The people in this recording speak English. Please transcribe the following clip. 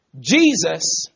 Jesus